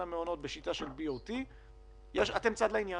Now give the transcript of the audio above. המעונות בשיטה של BOT אתם צד לעניין.